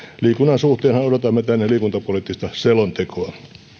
liikunnan suhteen odotamme tänne liikuntapoliittista selontekoa